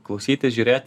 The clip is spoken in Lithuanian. klausyti žiūrėti